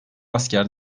asker